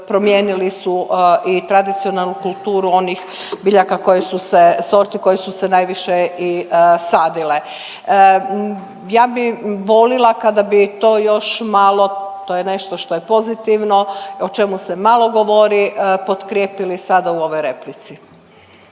promijenili su i tradicionalnu kulturu onih biljaka koje su se, sorti koje su se najviše i sadile. Ja bi volila kada bi to još malo, to je nešto što je pozitivno, o čemu se malo govori, potkrijepili sada u ovoj replici.